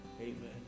Amen